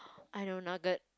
I know nugget